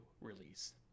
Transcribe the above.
release